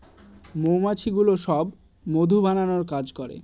মৌমাছিগুলো সব মধু বানানোর কাজ করে